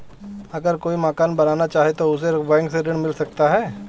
अगर कोई मकान बनाना चाहे तो उसे बैंक से ऋण मिल सकता है?